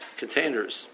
containers